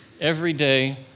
everyday